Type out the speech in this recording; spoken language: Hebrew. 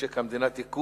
משק המדינה (תיקון,